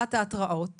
הטלת ההתראות